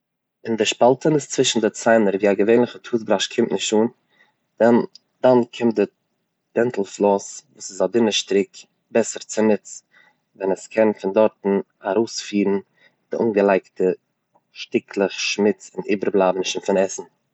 אין די שפאלטענעס צווישן די ציינער ווי א געווענליכע טוטבראש קומט נישט אן ,נעמט דאן קומט די דענטל פלאס ס'איז א דינע שטריק בעסער צוניץ און עס קען פון דארטן ארויספירן די אנגעלייגטע שטיקלעך שמוץ און איבערבלייבעניש פון עסן.